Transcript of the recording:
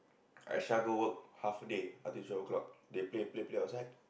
Aisyah go work half day until twelve o-clock they play play play outside